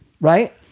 right